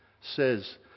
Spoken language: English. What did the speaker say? says